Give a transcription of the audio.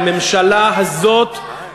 הממשלה הזאת,